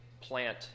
plant